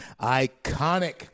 Iconic